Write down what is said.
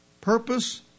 purpose